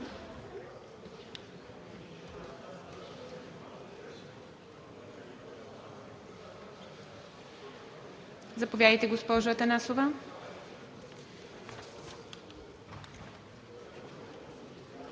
Заповядайте, госпожо Атанасова.